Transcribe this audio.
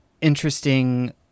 interesting